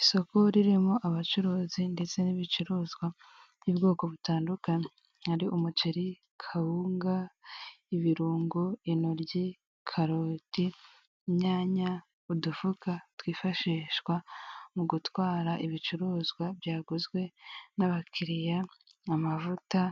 Isoko ririmo abacuruzi ndetse n'ibicuruzwa by'ubwoko butandukanye ari umuceri, kawunga, ibirungo inoryi, karote, inyanya, udufuka twifashishwa mu gutwara ibicuruzwa byaguzwe n'abakiriya n' amavuta